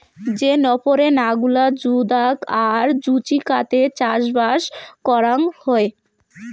যে নপরে না গুলা জুদাগ আর জুচিকাতে চাষবাস করাং হই